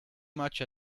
much